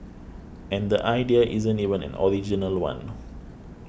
and the idea isn't even an original one